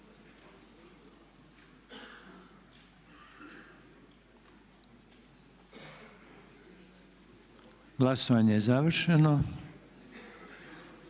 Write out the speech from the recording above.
Glasovanje je završeno.